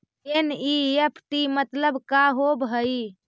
NEFT मतलब का होब हई?